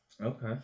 okay